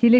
T.ex.